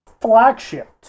Flagship